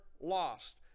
lost